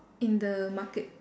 in the market